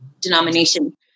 denomination